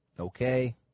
Okay